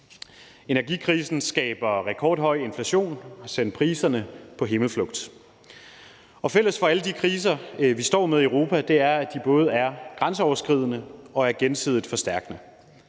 Energikrisen skaber rekordhøj inflation og har sendt priserne på himmelflugt. Fælles for alle de kriser, vi står med i Europa, er, at de både er grænseoverskridende og gensidigt forstærkende.